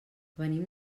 venim